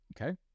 Okay